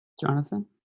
Jonathan